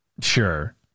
Sure